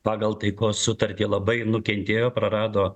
pagal taikos sutartį labai nukentėjo prarado